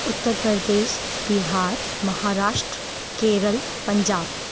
Uttar Pradesh Bihar Maharashtra Kerala Punjab